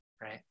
Right